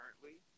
currently